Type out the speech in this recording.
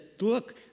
look